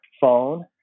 phone